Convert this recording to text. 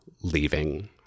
leaving